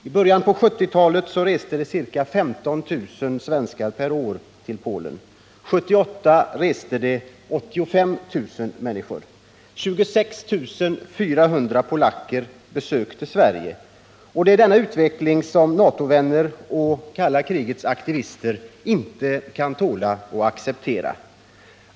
I början på 1970-talet reste ca 15 000 svenskar per år till Polen, men år 1978 reste 85 000 svenskar dit och 26 400 polacker besökte Sverige. Det är denna utveckling som NATO-vänner och det kalla krigets aktivister inte kan tåla och acceptera.